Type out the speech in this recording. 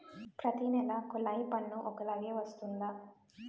ప్రతి నెల కొల్లాయి పన్ను ఒకలాగే వస్తుందా?